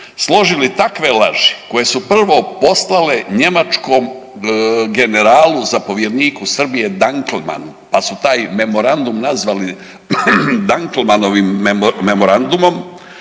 složili takve laži koje su prvo poslale njemačkom generalu, zapovjedniku Srbije Dankelmanu, pa su taj memorandum nazvali Dankelmanovim memoranduom,